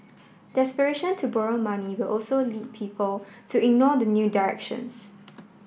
desperation to borrow money will also lead people to ignore the new directions